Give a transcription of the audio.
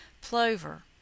Plover